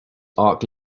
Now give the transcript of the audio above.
arch